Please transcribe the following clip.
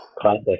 Classic